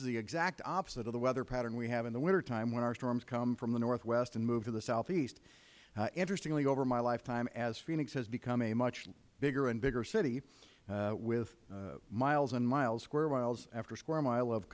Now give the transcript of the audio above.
is the exact opposite of the weather pattern we have in the wintertime when our storms would come from the northwest and move to the southeast interestingly over my lifetime as phoenix has become a much bigger and bigger city with miles and miles square mile after square mile of